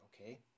okay